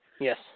Yes